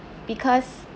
because